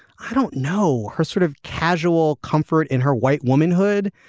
i don't know her sort of casual comfort in her white womanhood.